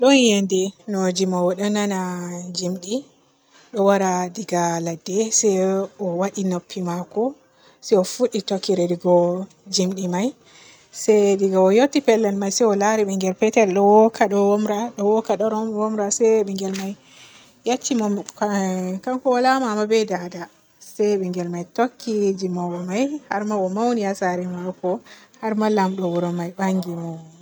ɗon yende ɗo nana gimdi ɗo waara diga haa ladde se o waaɗi noppi maako se o fuɗɗi tokkirirgo gimdi may se diga o yotti pellel may se o laari ɓingel petel ɗo wooka ɗo woomra, ɗo wooka ɗo woomra se ɓingel may yecci mo kanko o waal maama be daada se ɓingel may tokki har ma o mauni haa saare maako har ma laamɗo wuro may baangi mo.